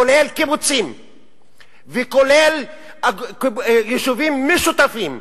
כולל קיבוצים וכולל יישובים משותפים,